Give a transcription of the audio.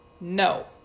No